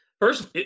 first